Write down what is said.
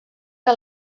que